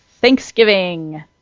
Thanksgiving